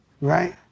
right